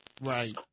Right